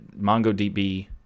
MongoDB